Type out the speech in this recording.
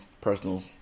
personal